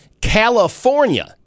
California